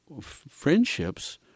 friendships